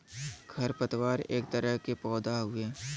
खर पतवार एक तरह के पौधा हउवे